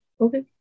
okay